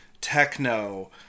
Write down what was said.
techno